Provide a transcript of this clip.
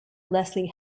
leslie